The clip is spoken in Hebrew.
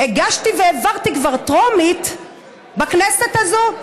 הגשתי והעברתי כבר טרומית בכנסת הזו,